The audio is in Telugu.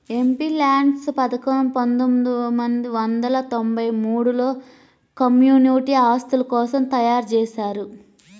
ఎంపీల్యాడ్స్ పథకం పందొమ్మిది వందల తొంబై మూడులో కమ్యూనిటీ ఆస్తుల కోసం తయ్యారుజేశారు